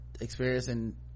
experiencing